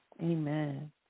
Amen